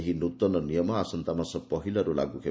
ଏହି ନୂତନ ନିୟମ ଆସନ୍ତାମାସ ପହିଲାରୁ ଲାଗୁ ହେବ